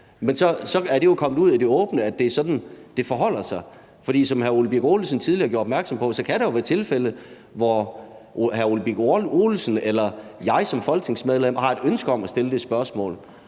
Men så er det jo kommet ud i det åbne, at det er sådan, det forholder sig. For som hr. Ole Birk Olesen tidligere gjorde opmærksom på, kan der være tilfælde, hvor hr. Ole Birk Olesen eller jeg som folketingsmedlem har et ønske om at stille det spørgsmål.